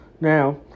Now